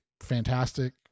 fantastic